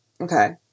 Okay